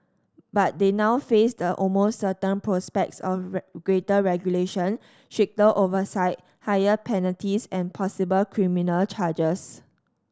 but they now face the almost certain prospects of greater regulation stricter oversight higher penalties and possible criminal charges